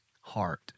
heart